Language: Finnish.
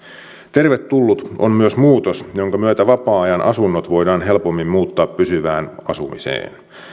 tervetullut on myös muutos jonka myötä vapaa ajanasunnot voidaan helpommin muuttaa pysyvään asumiseen